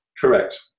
correct